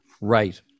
right